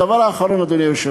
הדבר האחרון, אדוני היושב-ראש,